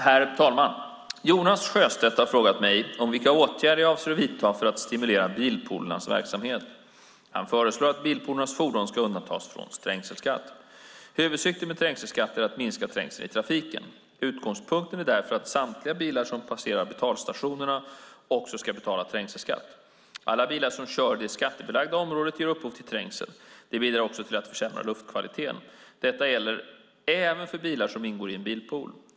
Herr talman! Jonas Sjöstedt har frågat mig vilka åtgärder jag avser att vidta för att stimulera bilpoolernas verksamhet. Han föreslår att bilpoolernas fordon ska undantas från trängselskatt. Huvudsyftet med trängselskatten är att minska trängseln i trafiken. Utgångspunkten är därför att samtliga bilar som passerar betalstationerna också ska betala trängselskatt. Alla bilar som kör i det skattebelagda området ger upphov till trängsel. De bidrar också till att försämra luftkvaliteten. Detta gäller även för bilar som ingår i en bilpool.